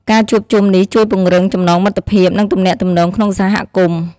ការជួបជុំនេះជួយពង្រឹងចំណងមិត្តភាព និងទំនាក់ទំនងក្នុងសហគមន៍។